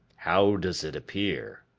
how does it appear?